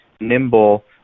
nimble